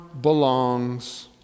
belongs